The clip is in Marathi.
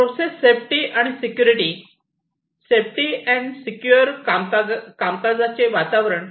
process safety and security safety and secure कामकाजाचे वातावरण